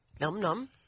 Num-num